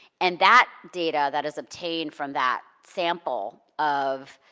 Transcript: and that data that is obtained from that sample of,